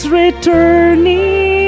returning